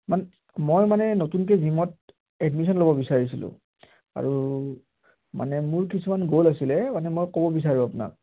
মানে মই মানে নতুনকৈ জিমত এডমিশ্যন ল'ব বিচাৰিছিলোঁ আৰু মানে মোৰ কিছুমান গ'ল আছিলে মানে মই ক'ব বিচাৰোঁ আপোনাক